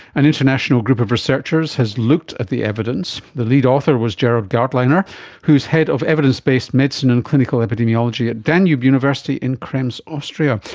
an international group of researchers has looked at the evidence. the lead author was gerald gartlehner who is head of evidence-based medicine and clinical epidemiology at the danube university in krems, austria,